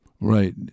Right